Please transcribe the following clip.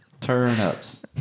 turnips